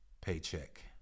paycheck